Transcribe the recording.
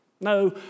No